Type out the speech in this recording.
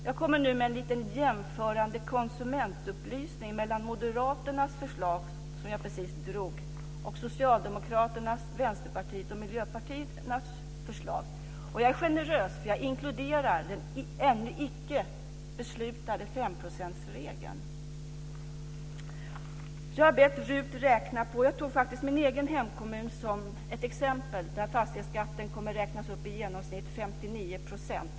Jag kommer nu att ge en liten jämförande konsumentupplysning om skillnaden mellan Moderaternas förslag, som jag precis drog, och Socialdemokraternas, Vänsterpartiets och Miljöpartiets förslag. Och jag är generös för jag inkluderar den ännu icke beslutade femprocentsregeln. Jag har bett riksdagens utredningstjänst räkna, med min egen hemkommun som exempel. Där kommer fastighetsskatten att räknas upp med i genomsnitt 59 %.